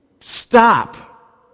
stop